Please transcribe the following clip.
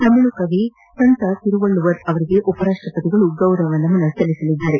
ತಮಿಳು ಕವಿ ಸಂತ ತಿರುವಳ್ಳುವರ್ ಅವರಿಗೆ ಉಪರಾಷ್ಷಪತಿಯವರು ಗೌರವ ನಮನ ಸಲ್ಲಿಸಲಿದ್ದಾರೆ